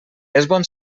bon